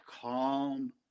Calm